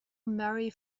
marry